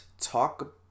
talk